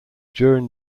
during